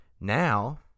now